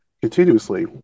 continuously